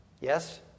Yes